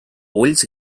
ulls